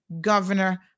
governor